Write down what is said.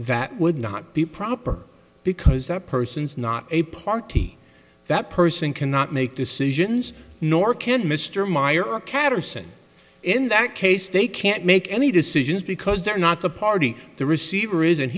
that would not be proper because that person is not a party that person cannot make decisions nor can mr meyer or caterson in that case they can't make any decisions because they're not the party the receiver is and